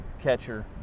catcher